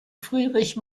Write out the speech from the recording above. friedrich